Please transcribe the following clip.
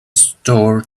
store